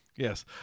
Yes